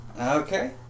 Okay